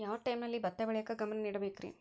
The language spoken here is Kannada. ಯಾವ್ ಟೈಮಲ್ಲಿ ಭತ್ತ ಬೆಳಿಯಾಕ ಗಮನ ನೇಡಬೇಕ್ರೇ?